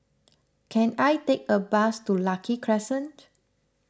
can I take a bus to Lucky Crescent